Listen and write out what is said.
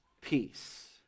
peace